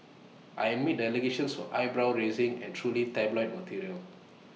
I admit the allegations were eyebrow raising and truly tabloid material